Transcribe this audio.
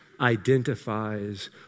identifies